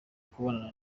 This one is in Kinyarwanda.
kubonana